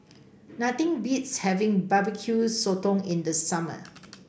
nothing beats having Barbecue Sotong in the summer